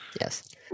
Yes